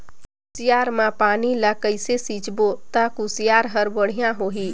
कुसियार मा पानी ला कइसे सिंचबो ता कुसियार हर बेडिया होही?